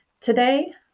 Today